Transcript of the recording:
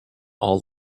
all